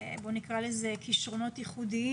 בוא נקרא לזה כך כישרונות ייחודיים